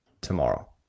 tomorrow